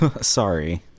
Sorry